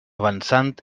avançant